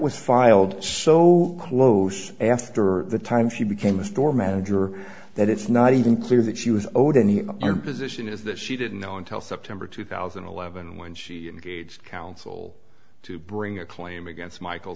was filed so close after the time she became a store manager that it's not even clear that she was owed any position is that she didn't know until september two thousand and eleven when she engaged counsel to bring a claim against michael